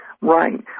Right